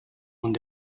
und